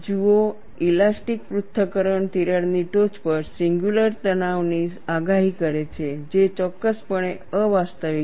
જુઓ ઇલાસ્ટિક પૃથ્થકરણ તિરાડની ટોચ પર સિંગ્યુલર તણાવની આગાહી કરે છે જે ચોક્કસપણે અવાસ્તવિક છે